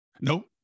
Nope